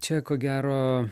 čia ko gero